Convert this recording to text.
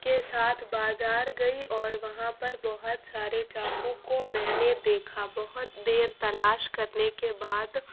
کے ساتھ بازار گئی اور وہاں پر بہت سارے چاقو کو میں نے دیکھا بہت دیر تلاش کرنے کے بعد